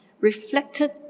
reflected